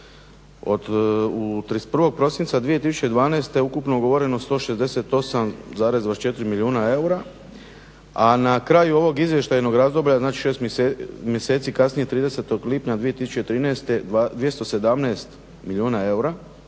od 31. prosinca 2012. ukupno ugovoreno 168,24 milijuna eura, a na kraju ovog izvještajnog razdoblja, znači 6 mjeseci kasnije 30. lipnja 2013. 217 milijuna eura